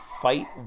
fight